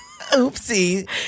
Oopsie